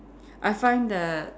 I find that